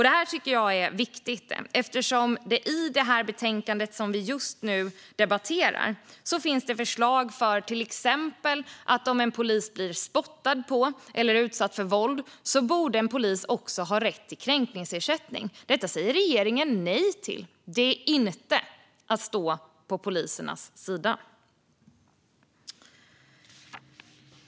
Detta tycker jag är viktigt, eftersom det i det betänkande som vi just nu debatterar finns förslag om till exempel att en polis som blir spottad på eller utsatt för våld ska ha rätt till kränkningsersättning. Detta säger regeringen nej till. Det är inte att stå på polisernas sida.